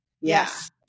Yes